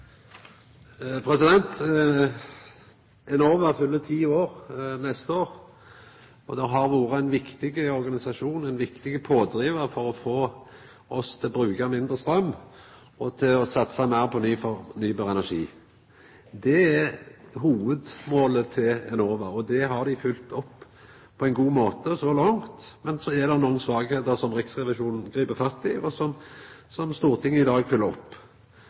Enova fyller ti år neste år, og det har vore ein viktig organisasjon og ein viktig pådrivar for å få oss til å bruka mindre straum, og til å satsa meir på ny fornybar energi. Det er hovudmålet til Enova, og det har dei følgt opp på ein god måte så langt. Men så er det nokre svakheiter som Riksrevisjonen grip fatt i, og som Stortinget i dag følgjer opp.